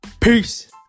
Peace